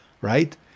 right